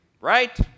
right